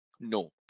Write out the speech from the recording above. no